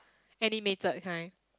animated kind